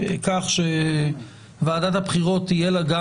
כך שלוועדת הבחירות תהיה גם